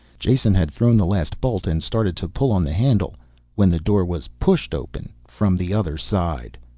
jason had thrown the last bolt and started to pull on the handle when the door was pushed open from the other side.